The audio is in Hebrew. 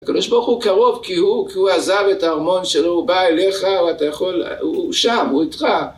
הקב"ה הוא קרוב, כי הוא עזב את ההרמון שלו, הוא בא אליך, הוא שם, הוא איתך.